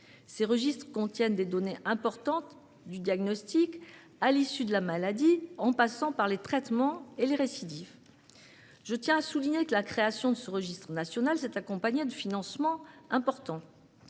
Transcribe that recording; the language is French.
Ces registres contiennent des données importantes, du diagnostic à l'issue de la maladie, en passant par les traitements et les récidives. Je tiens à souligner que la création du registre national s'est accompagnée de financements importants.